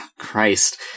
christ